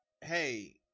hey